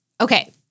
okay